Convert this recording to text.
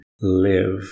live